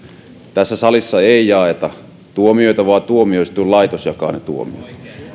tässä salissa ei jaeta tuomioita vaan tuomioistuinlaitos jakaa tuomiot